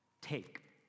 take